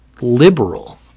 liberal